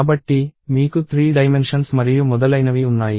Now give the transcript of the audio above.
కాబట్టి మీకు 3 డైమెన్షన్స్ మరియు మొదలైనవి ఉన్నాయి